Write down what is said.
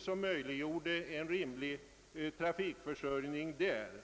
som möjliggjorde en rimlig trafikförsörjning i våra glesbygder.